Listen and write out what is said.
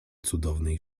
cudnej